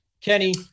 Kenny